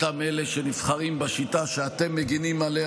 אותם אלה שנבחרים בשיטה שאתם מגינים עליה,